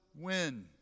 win